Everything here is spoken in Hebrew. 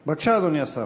בבקשה, אדוני השר.